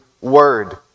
word